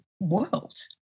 world